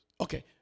Okay